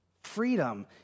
Freedom